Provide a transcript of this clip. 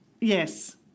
Yes